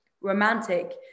romantic